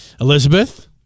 elizabeth